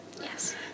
Yes